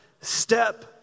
step